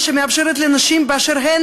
אפשר גם לדבר על איראן, שמאפשרת לנשים באשר הן,